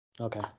Okay